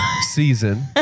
season